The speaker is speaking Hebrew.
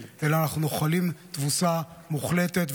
אלא אנחנו נוחלים תבוסה מוחלטת,